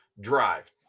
drive